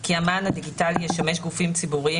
כי המען הדיגיטלי ישמש גופים ציבוריים